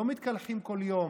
לא מתקלחים כל יום,